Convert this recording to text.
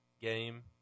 game